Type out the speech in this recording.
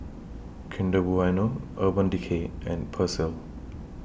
Kinder Bueno Urban Decay and Persil